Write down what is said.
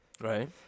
Right